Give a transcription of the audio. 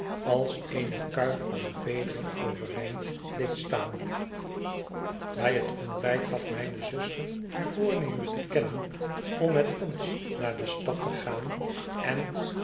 als eene kuif van vederen overeind deed staan bij het ontbijt gaf mijne zuster haar voornemen te kennen om met ons naar de stad te gaan en